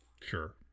Sure